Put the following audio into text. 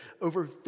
Over